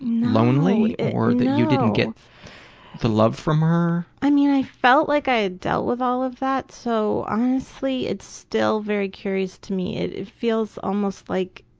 lonely? or that you didn't get the love from her? no, i mean, i felt like i had dealt with all of that, so honestly, it's still very curious to me, it feels almost like,